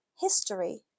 history